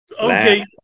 Okay